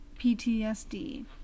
PTSD